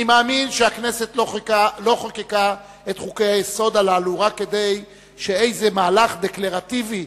אני מאמין שהכנסת לא חוקקה את חוקי-היסוד הללו רק כאיזה מהלך דקלרטיבי,